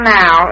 now